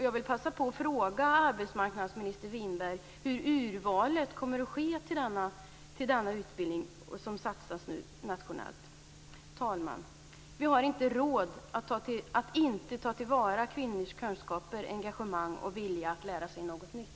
Jag vill passa på att fråga arbetsmarknadsminister Winberg hur urvalet kommer att ske till denna utbildning. Herr talman! Vi har inte råd att inte ta till vara kvinnors kunskaper, engagemang och vilja att lära sig något nytt.